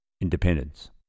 independence